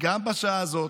גם בשעה הזאת,